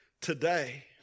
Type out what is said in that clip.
today